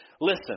listen